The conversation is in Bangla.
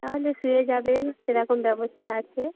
তাহলে শুয়ে যাবেন সেরকম ব্যবস্থা আছে